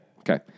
Okay